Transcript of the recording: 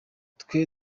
twe